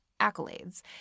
accolades